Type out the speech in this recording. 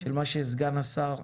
של מה שסגן השר אמר,